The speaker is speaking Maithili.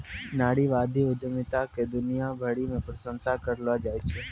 नारीवादी उद्यमिता के दुनिया भरी मे प्रशंसा करलो जाय छै